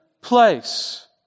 place